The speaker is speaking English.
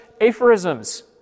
aphorisms